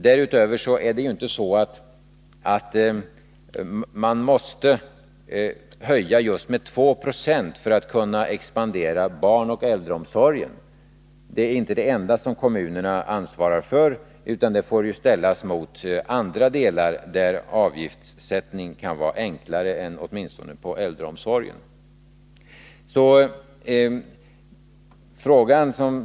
Därutöver är det ju inte så att man måste höja med just 2 2 för att kunna expandera barnoch äldreomsorgen. Det är inte det enda som kommunerna ansvarar för, utan detta får ställas mot andra delar där avgiftssättning kan vara enklare än åtminstone på äldreomsorgens område.